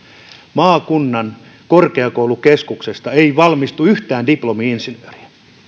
maakunnan korkeakoulukeskuksesta ei valmistu yhtään diplomi insinööriä